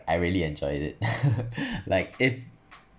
I really enjoyed it like if